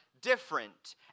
different